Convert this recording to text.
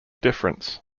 difference